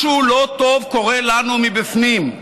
משהו לא טוב קורה לנו מבפנים?